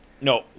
No